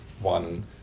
one